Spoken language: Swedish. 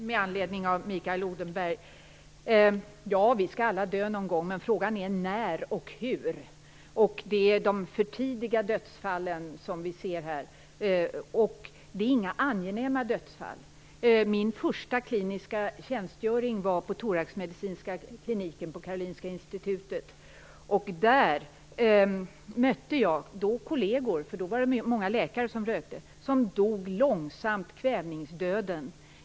Herr talman! Vi skall alla dö någon gång. Frågan är när och hur. Det handlar om för tidiga dödsfall. Det handlar inte om någon angenäm död. Jag hade min första kliniska tjänstgöring på thoraxmedicinska kliniken på Karolinska institutet. Där mötte jag kolleger - då rökte många läkare - som dog en långsam kvävningsdöd.